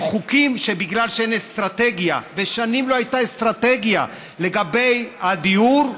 הם חוקים שבגלל שאין אסטרטגיה ושנים לא הייתה אסטרטגיה לגבי הדיור,